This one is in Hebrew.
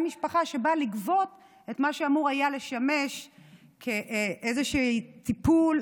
משפחה שבאה לגבות את מה שאמור היה לשמש כאיזשהו טיפול,